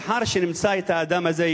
לאחר שנמצא את האדם הזה,